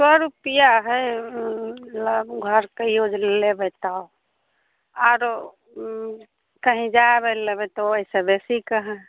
सओ रुपैआ हइ घरके यूज लेबै तऽ आओर उँ कहीँ जाइ अबैलए लेबै तऽ ओहिसँ बेसीके हइ